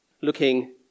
looking